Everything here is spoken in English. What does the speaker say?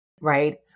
right